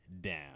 Down